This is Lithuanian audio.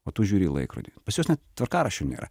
o tu žiūri į laikrodį pas juos net tvarkaraščio nėra